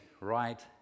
right